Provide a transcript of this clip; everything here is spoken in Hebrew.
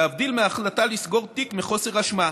להבדיל מהחלטה לסגור תיק מחוסר אשמה,